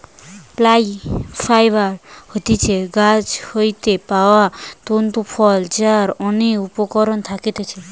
plant fibre হতিছে গাছ হইতে পাওয়া তন্তু ফল যার অনেক উপকরণ থাকতিছে